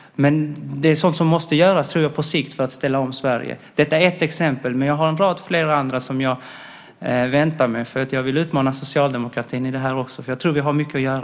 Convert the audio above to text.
Men det är sådant som måste göras på sikt för att ställa om Sverige. Detta är ett exempel, men jag har flera andra, som jag väntar med därför att jag vill utmana socialdemokratin i det här. Jag tror att vi har mycket att göra.